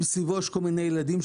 מסביבו יש כל מיני ילדים,